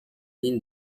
lignes